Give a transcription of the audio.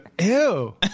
Ew